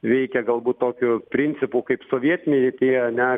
veikia galbūt tokiu principu kaip sovietiniai tie ane